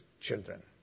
children